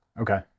Okay